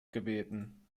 gebeten